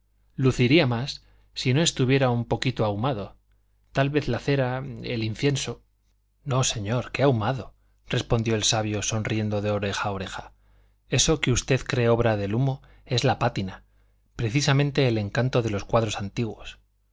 luciría más si no estuviera un poquito ahumado tal vez la cera el incienso no señor qué ahumado respondió el sabio sonriendo de oreja a oreja eso que usted cree obra del humo es la pátina precisamente el encanto de los cuadros antiguos